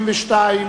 172),